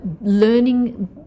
learning